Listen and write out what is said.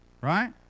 right